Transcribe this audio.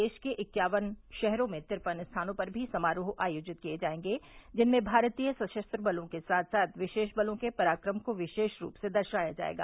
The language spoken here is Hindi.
देश के इक्यावन शहरों में तिरपन स्थानों पर भी समारोह आयोजित किए जाएंगे जिनमें भारतीय सशस्त्र बलों के साथ साथ विशेष बलों के पराक्रम को विशेष रूप से दर्शाया जाएगा